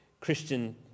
Christian